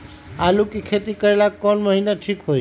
आलू के खेती करेला कौन महीना ठीक होई?